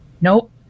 Nope